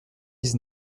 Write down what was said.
dix